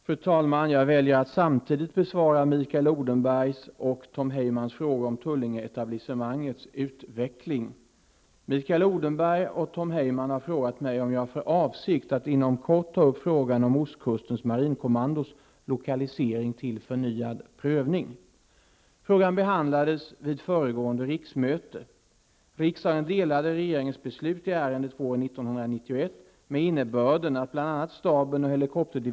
Fru talman! Jag väljer att samtidigt besvara Mikael Mikael Odenberg och Tom Heyman har frågat mig om jag har för avsikt att inom kort ta upp frågan om ostkustens marinkommandos lokalisering till förnyad prövning. Frågan behandlades vid föregående riksmöte.